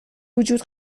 وجود